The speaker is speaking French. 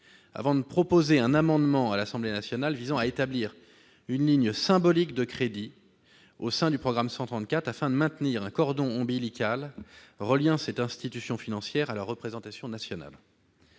avant de proposer un amendement à l'Assemblée nationale visant à « rétablir une ligne symbolique de crédits au sein du programme 134 afin de maintenir un [...] cordon ombilical reliant cette institution financière à la représentation nationale